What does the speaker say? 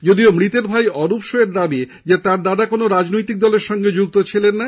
যদিও মৃতের ভাই অৰূপ শোয়ের দাবি তাঁর দাদা কোন রাজনৈতিক দলের সঙ্গে যুক্ত ছিল না